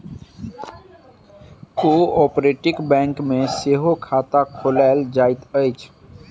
cooperative bank मे सेहो खाता खोलायल जाइत अछि